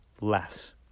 less